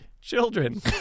Children